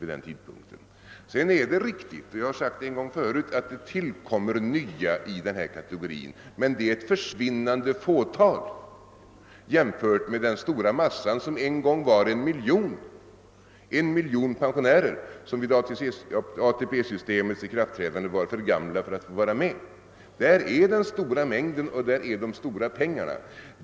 Det är riktigt, och det har jag sagt tidigare, att det tillkommer nya i denna kategori, men de är försvinnande få jämfört med den miljon pensionärer som vid ATP-systemets ikraftträdande var för gamla för att få vara med. Där är den stora mängden och de stora pengarna.